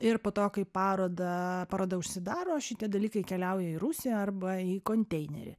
ir po to kai parodą paroda užsidaro šitie dalykai keliauja į rūsį arba į konteinerį